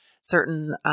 certain